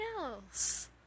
else